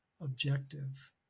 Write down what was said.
objective